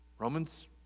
Romans